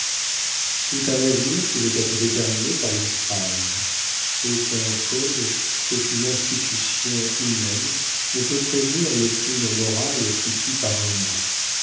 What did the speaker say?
tout un avenir pouvait être déterminé par une phrase aucun code aucune institution humaine ne peut prévenir le crime moral qui tue par un mot